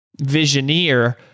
visioneer